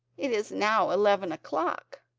it is now eleven o'clock.